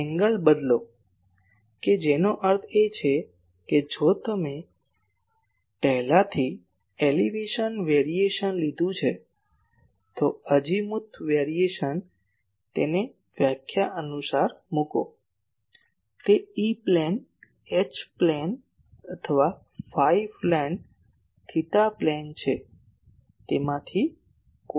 ખૂણો બદલો કે જેનો અર્થ છે કે જો તમે પહેલાથી એલિવેશન વેરિએશન લઈ લીધું છે તો એઝિમુથ વેરિએશન તેને વ્યાખ્યા અનુસાર મૂકો તે ઇ પ્લેન એચ પ્લેન અથવા ફાઈ પ્લેન થેટા પ્લેન છે તેમાંથી કોઈ પણ છે